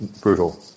brutal